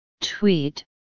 Tweet